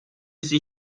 sie